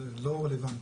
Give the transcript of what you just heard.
זה לא רלוונטי.